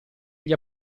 gli